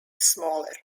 smaller